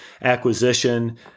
acquisition